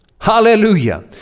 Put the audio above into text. Hallelujah